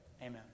Amen